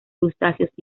crustáceos